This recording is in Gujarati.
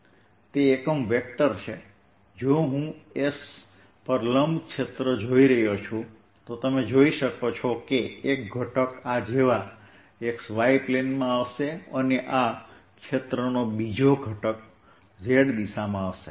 તે યુનિટ વેક્ટર છે જો હું s પર લંબ ક્ષેત્ર જોઈ રહ્યો છું તો તમે જોઈ શકો છો કે એક ઘટક આ જેવા XY પ્લેનમાં હશે અને આ ક્ષેત્રનો બીજો ઘટક z દિશામાં હશે